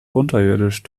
unterirdisch